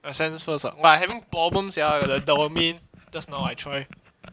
ascend first ah but I having problems sia the domain just now I try